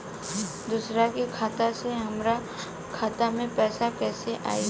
दूसरा के खाता से हमरा खाता में पैसा कैसे आई?